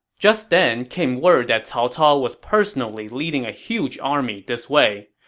just then came word that cao cao was personally leading a huge army this way.